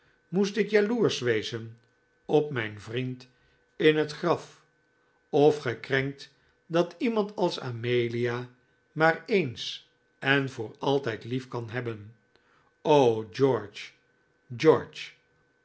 moest ik jaloersch wezen op mijn vriend in het graf of gekrenkt dat iemand als amelia maar eens en voor altijd lief kan hebben o george george